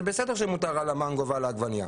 זה בסדר שמותר על מנגו ועל עגבנייה,